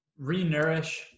Renourish